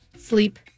Sleep